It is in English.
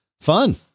Fun